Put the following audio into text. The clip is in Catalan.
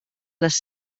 les